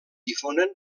difonen